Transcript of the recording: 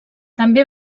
també